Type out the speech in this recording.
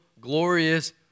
glorious